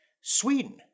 Sweden